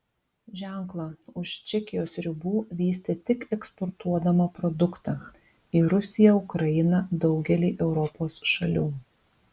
ženklą už čekijos ribų vystė tik eksportuodama produktą į rusiją ukrainą daugelį europos šalių